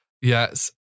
Yes